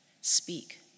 Speak